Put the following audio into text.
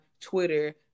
twitter